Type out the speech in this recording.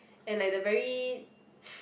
and like the very